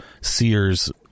Sears